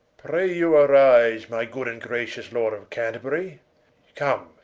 pray you arise my good and gracious lord of canterburie come,